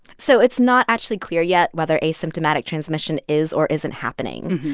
so it's not actually clear yet whether asymptomatic transmission is or isn't happening.